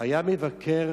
היתה לבקר